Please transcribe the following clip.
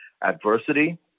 adversity